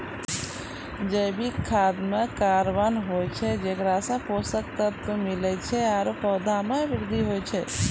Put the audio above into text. जैविक खाद म कार्बन होय छै जेकरा सें पोषक तत्व मिलै छै आरु पौधा म वृद्धि होय छै